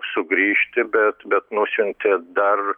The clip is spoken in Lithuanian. sugrįžti bet bet nusiuntė dar